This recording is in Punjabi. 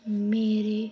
ਮੇਰੇ